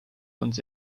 uns